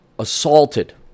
Assaulted